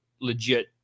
legit